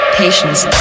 patience